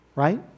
Right